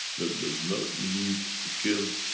that does not need to kill,